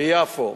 ביפו,